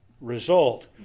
result